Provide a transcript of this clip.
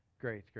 great